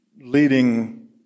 leading